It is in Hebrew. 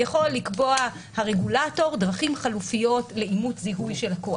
יכול לקבוע הרגולטור דרכים חלופיות לאימות זיהוי של לקוח.